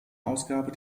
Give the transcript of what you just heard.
ausgabe